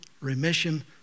remission